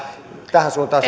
tähän suuntaan